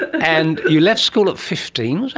and you left school at fifteen,